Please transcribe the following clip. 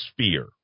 sphere